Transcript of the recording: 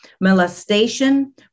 molestation